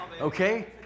Okay